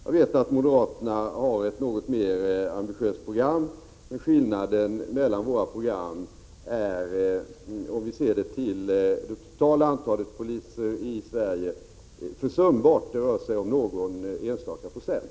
Jag vet att moderaterna har ett något mer ambitiöst program, men om vi ser till det totala antalet poliser i Sverige finner vi att skillnaden mellan våra program är försumbar. Det rör sig om någon enstaka procent.